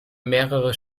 mehrere